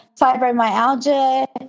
fibromyalgia